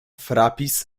frapis